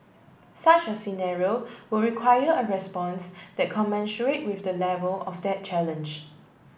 such a scenario would require a response that commensurate with the level of that challenge